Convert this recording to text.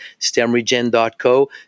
stemregen.co